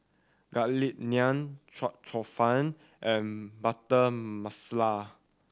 Garlic Naan chua cheong fun and Butter Masala